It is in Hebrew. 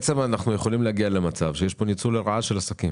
יכולים להגיע למצב שיש ניצול לרעה של עסקים